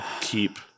keep